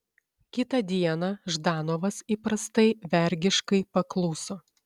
kitą dieną ždanovas įprastai vergiškai pakluso